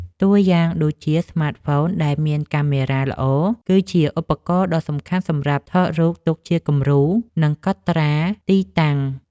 តួយ៉ាងដូចជា ស្មាតហ្វូនដែលមានកាមេរ៉ាល្អ គឺជាឧបករណ៍ដ៏សំខាន់សម្រាប់ថតរូបទុកជាគំរូ និងកត់ត្រាទីតាំង។